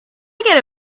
get